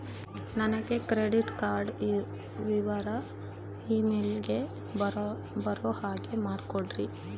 ನನಗೆ credit card ವಿವರ email ಗೆ ಬರೋ ಹಾಗೆ ಮಾಡಿಕೊಡ್ರಿ?